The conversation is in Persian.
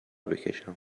بکشم